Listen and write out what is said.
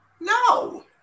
no